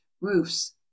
roofs